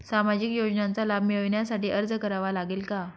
सामाजिक योजनांचा लाभ मिळविण्यासाठी अर्ज करावा लागेल का?